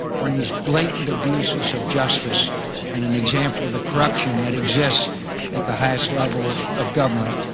one of these blatant abuses of justice and an example of the corruption that exists at the highest level of government.